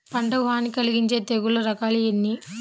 పంటకు హాని కలిగించే తెగుళ్ల రకాలు ఎన్ని?